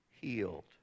healed